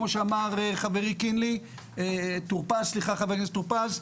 באמת כמו שאמר חברי טור פז,